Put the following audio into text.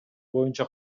боюнча